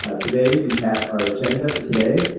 ah today we have our agenda for today,